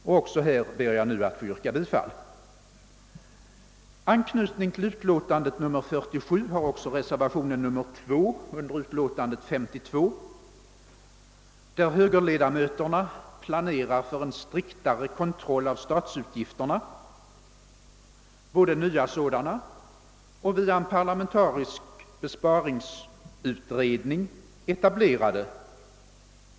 Också till denna ber jag att få yrka bifall. Anknytning till utlåtandet nr 43 har också reservationen 2 vid utlåtandet nr 52, i vilken vi högerledamöter önskar få en striktare kontroll av statsutgifterna, både nya sådana och — via en parlamentarisk besparingsutredning — redan etablerade.